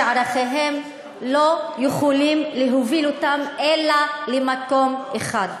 שערכיהם לא יכולים להוביל אותם אלא למקום אחד,